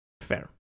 Fair